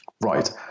Right